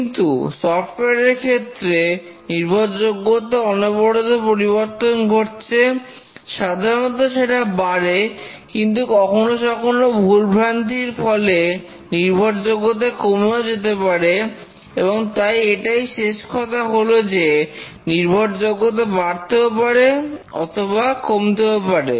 কিন্তু সফটওয়্যার এর ক্ষেত্রে নির্ভরযোগ্যতার অনবরত পরিবর্তন ঘটছে সাধারণত সেটা বাড়ে কিন্তু কখনো সখনো ভুল ভ্রান্তির ফলে নির্ভরযোগ্যতা কমেও যেতে পারে এবং তাই এটাই শেষ কথা হল যে নির্ভরযোগ্যতা বাড়তেও পারে অথবা কমতেও পারে